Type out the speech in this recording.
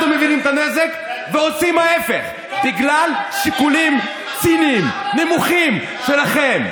אנחנו מבינים את הנזק ועושים ההפך בגלל שיקולים ציניים נמוכים שלכם.